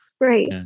Right